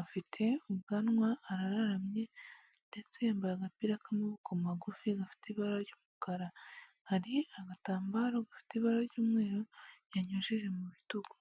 afite ubwanwa arararamye ndetse yambaye agapira k'amaboko magufi gafite ibara ry'umukara. Hari agatambaro gafite ibara ry'umweru yanyujije mu bitugu.